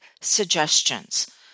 suggestions